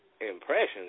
Impressions